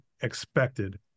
expected